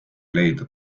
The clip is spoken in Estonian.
leida